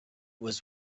was